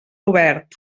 obert